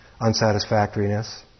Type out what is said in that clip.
unsatisfactoriness